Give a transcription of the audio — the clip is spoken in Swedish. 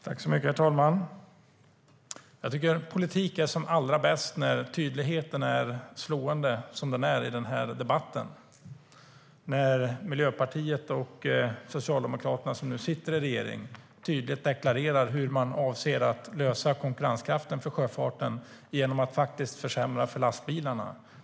Herr talman! Politik är som allra bäst när tydligheten är så slående som i denna debatt. Regeringspartierna Miljöpartiet och Socialdemokraterna deklarerar tydligt att de avser att stärka sjöfartens konkurrenskraft genom att försämra för lastbilarna.